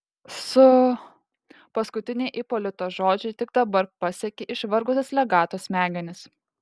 su paskutiniai ipolito žodžiai tik dabar pasiekė išvargusias legato smegenis